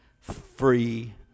free